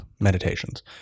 Meditations